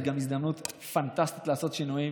היא גם הזדמנות פנטסטית לעשות שינויים.